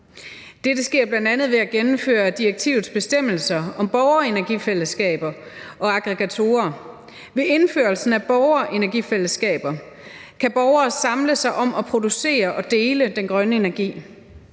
Dette sker bl.a. ved at gennemføre direktivets bestemmelser om borgerenergifællesskaber og aggregatorer. Ved indførelsen af borgerenergifællesskaber kan borgere samle sig om at producere og dele den grønne energi.